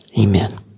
Amen